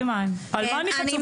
על מה אני חצופה?